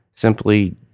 Simply